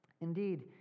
Indeed